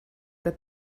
that